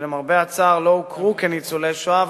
שלמרבה הצער לא הוכרו כניצולי שואה,